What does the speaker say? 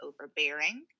overbearing